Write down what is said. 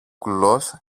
κουλός